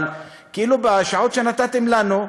אבל כאילו בשעות שנתתם לנו,